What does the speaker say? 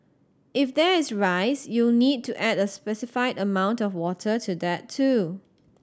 if there is rice you'll need to add a specified amount of water to that too